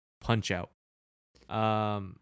Punch-Out